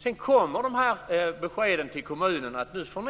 Sedan kommer beskedet till kommunen att man får